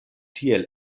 tiel